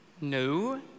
No